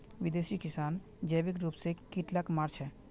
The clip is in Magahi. विदेशी किसान जैविक रूप स कीट लाक मार छेक